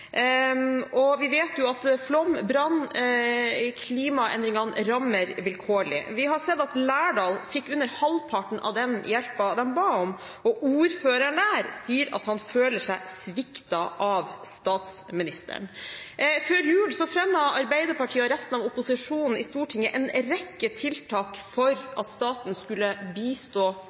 og store regninger. Vi vet at flom, brann og klimaendringer rammer vilkårlig. Vi har sett at Lærdal fikk under halvparten av den hjelpen de ba om, og ordføreren der sier at han føler seg sviktet av statsministeren. Før jul fremmet Arbeiderpartiet og resten av opposisjonen i Stortinget en rekke tiltak for at staten skulle bistå